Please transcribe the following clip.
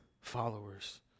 followers